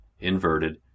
inverted